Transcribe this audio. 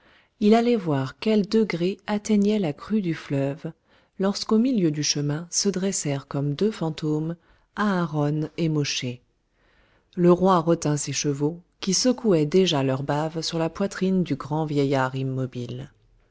il allait voir quel degré atteignait la crue du fleuve lorsqu'au milieu du chemin se dressèrent comme deux fantômes aharon et mosché le roi retint ses chevaux qui secouaient déjà leur bave sur la poitrine du grand vieillard immobile